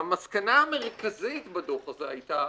והמסקנה המרכזית בדוח הזה הייתה